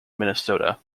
minnesota